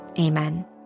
Amen